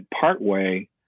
partway